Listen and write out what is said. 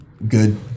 good